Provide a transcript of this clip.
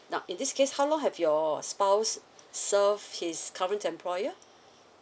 now in this case how long have your spouse serve his current employer